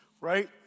right